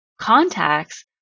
contacts